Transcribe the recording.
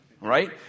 right